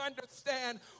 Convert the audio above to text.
understand